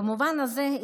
במובן הזה,